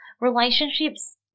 relationships